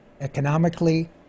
economically